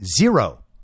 zero